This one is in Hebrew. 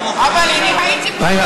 אבל אני הייתי באולם.